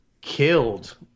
killed